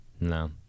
No